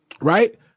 Right